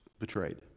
betrayed